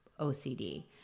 OCD